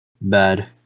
Bad